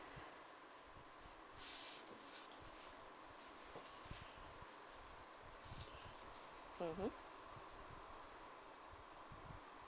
mmhmm